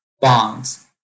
bonds